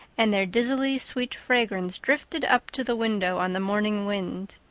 and their dizzily sweet fragrance drifted up to the window on the morning wind.